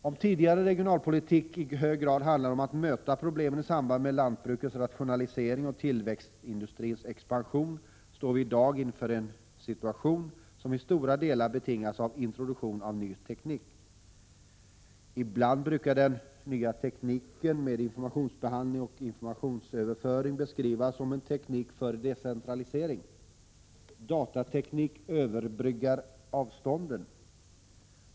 Om tidigare regionalpolitik i hög grad handlade om att möta problemen i samband med lantbrukets rationalisering och tillverkningsindustrins expansion står vi i dag inför en situation som i stora delar betingas av introduktionen av ny teknik. Ibland beskrivs den nya tekniken med informationsbehandling och informationsöverföring som en teknik för decentralisering. Datateknik överbryggar avstånden.